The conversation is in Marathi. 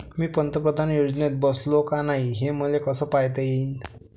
मी पंतप्रधान योजनेत बसतो का नाय, हे मले कस पायता येईन?